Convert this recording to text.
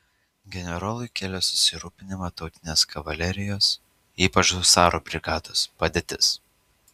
generolui kėlė susirūpinimą tautinės kavalerijos ypač husarų brigados padėtis